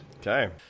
Okay